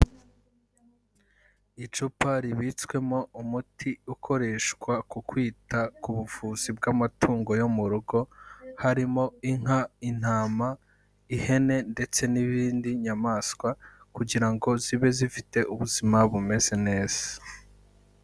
Icupa ribitswemo umuti ukoreshwa ku kwita ku buvuzi bw'amatungo yo mu rugo, harimo inka, intam, ihene ndetse n'izindi nyamaswa kugira ngo zibe zifite ubuzima bumeze neza.